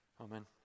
Amen